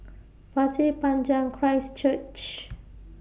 Pasir Panjang Christ Church